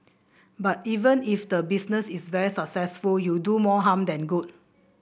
but even if the business is very successful you'll do more harm than good